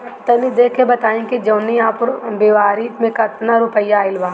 तनी देख के बताई कि जौनरी आउर फेबुयारी में कातना रुपिया आएल बा?